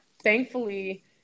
thankfully